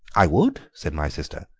i would said my sister,